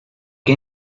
que